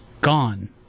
gone